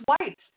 white